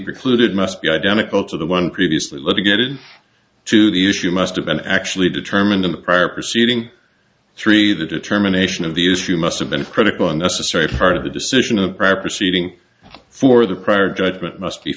precluded must be identical to the one previously litigated to the issue must have been actually determined in the prior proceeding three the determination of the issue must have been a critical necessary part of the decision of the prior proceeding for the prior judgment must be